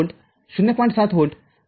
७ volt आणि ०